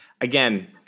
again